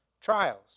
trials